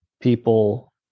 people